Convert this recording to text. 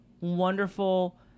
wonderful